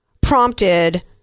prompted